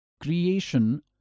creation